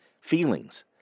feelings